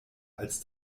als